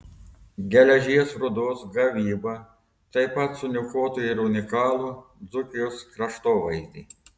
geležies rūdos gavyba taip pat suniokotų ir unikalų dzūkijos kraštovaizdį